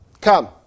Come